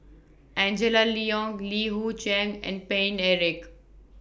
Angela Liong Li Hui Cheng and Paine Eric